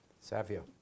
Savio